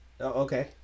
okay